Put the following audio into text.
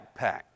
backpack